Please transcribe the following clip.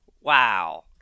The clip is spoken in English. Wow